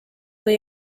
või